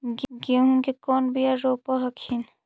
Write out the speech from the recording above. गेहूं के कौन बियाह रोप हखिन?